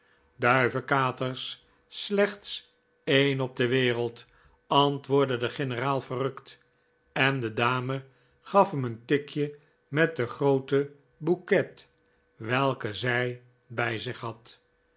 duivekaters slechts een op de wereld antwoordde de generaal verrukt en de dame gaf hem een tikje met den grooten bouquet welken zij bij zich had